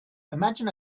imagine